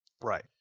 Right